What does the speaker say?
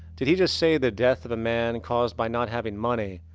did he just say the death of a man caused by not having money.